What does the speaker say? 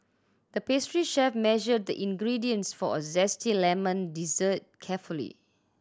the pastry chef measured the ingredients for a zesty lemon dessert carefully